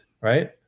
right